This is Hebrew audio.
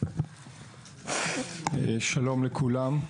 שלום לכולם.